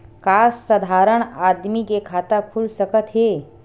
का साधारण आदमी के खाता खुल सकत हे?